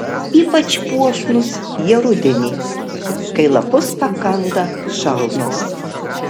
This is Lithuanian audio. ypač puošnūs jie rudenį kai lapus pakanda šalnos